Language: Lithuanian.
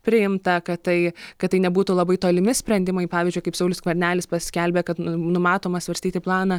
priimta kad tai kad tai nebūtų labai tolimi sprendimai pavyzdžiui kaip saulius skvernelis paskelbė kad numatoma svarstyti planą